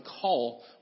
call